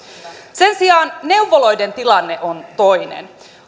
sen sijaan neuvoloiden tilanne on toinen